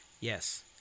yes